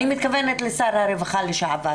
אני מתכוונת לשר הרווחה לשעבר.